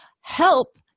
Help